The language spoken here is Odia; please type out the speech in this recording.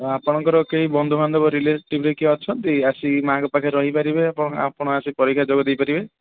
ତ ଆପଣଙ୍କର କେହି ବନ୍ଧୁ ବାନ୍ଧବ ରିଲେଟିଭରେ କେହି ଅଛନ୍ତି ଆସି ମାଆଙ୍କ ପାଖରେ ରହିପାରିବେ ଆପଣ ଆସି ପରୀକ୍ଷା ଯୋଗ ଦେଇପାରିବେ